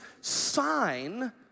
sign